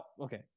Okay